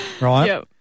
right